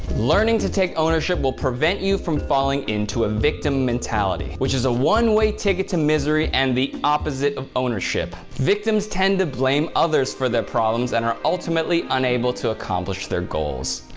learning to take ownership will prevent you from falling into a victim mentality, which is a one-way ticket to misery and the opposite of ownership. victims tend to blame others for their problems and are ultimately unable to accomplish their goals.